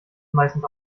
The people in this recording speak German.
meistens